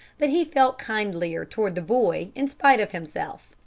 but he felt kindlier toward the boy in spite of himself.